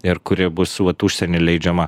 ir kuri bus vat užsieny leidžiama